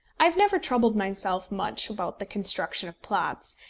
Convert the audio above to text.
i have never troubled myself much about the construction of plots,